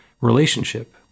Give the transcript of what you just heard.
relationship